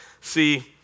See